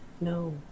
No